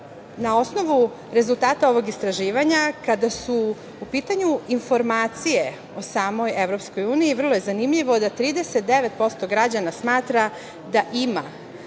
na osnovu rezultata ovog istraživanja, kada su u pitanju informacije o samoj EU, vrlo je zanimljivo da 39% građana smatra da ima,